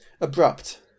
abrupt